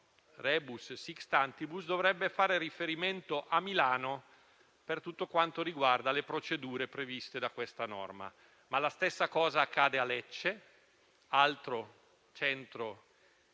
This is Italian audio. *rebus sic stantibus*, dovrebbe fare riferimento a Milano per tutto quanto riguarda le procedure previste da questa norma. La stessa cosa accade però a Lecce, altro centro di